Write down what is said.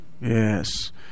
yes